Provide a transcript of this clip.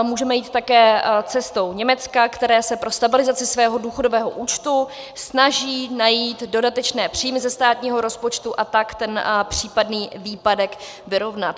Můžeme jít také cestou Německa, které se pro stabilizaci svého důchodového účtu snaží najít dodatečné příjmy ze státního rozpočtu, a tak ten případný výpadek vyrovnat.